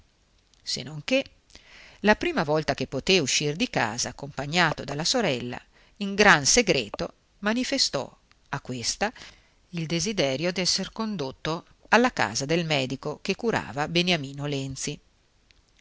non che la prima volta che poté uscir di casa accompagnato dalla sorella in gran segreto manifestò a questa il desiderio d'esser condotto alla casa del medico che curava beniamino lenzi